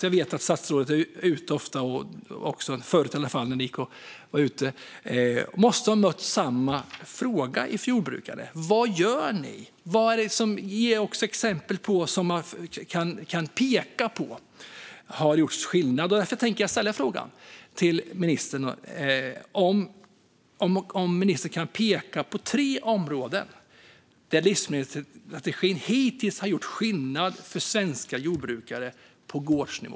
Jag vet att statsrådet måste ha mött samma frågor från jordbrukare. Vad gör ni? Peka på exempel som har gjort skillnad. Kan ministern peka på tre områden där livsmedelsstrategin hittills har gjort skillnad för svenska jordbrukare på gårdsnivå?